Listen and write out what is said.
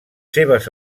seves